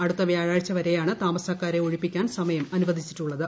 അടുത്ത വ്യാഴാഴ്ചവരെയാണ് താമസക്കാരെ ഒഴിപ്പിക്കാൻ സമയം അനുവദിച്ചിട്ടുള്ളത്